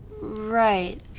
Right